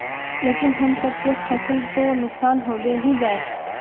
लेकिन हम सब के फ़सल तो नुकसान होबे ही जाय?